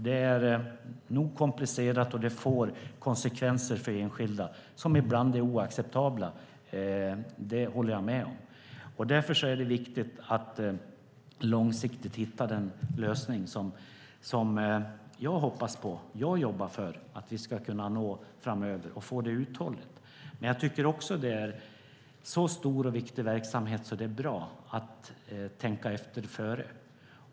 Det är nog komplicerat, och det får konsekvenser för enskilda som ibland är oacceptabla. Det håller jag med om. Därför är det viktigt att långsiktigt hitta den lösning som jag hoppas på och jobbar för att vi ska kunna nå framöver och få det uthålligt. Men jag tycker också att med en så stor och viktig verksamhet är det bra att tänka efter före.